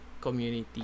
community